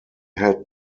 had